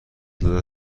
لذت